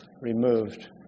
removed